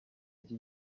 iki